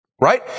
right